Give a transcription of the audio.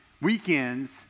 weekends